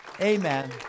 Amen